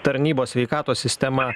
tarnybos sveikatos sistemą